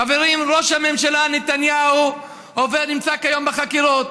חברים, ראש הממשלה נתניהו נמצא כיום בחקירות.